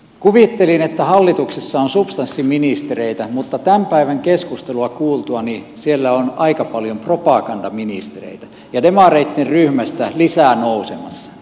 kuvittelin että hallituksessa on substanssiministereitä mutta tämän päivän keskustelua kuultuani siellä on aika paljon propagandaministereitä ja demareitten ryhmästä lisää nousemassa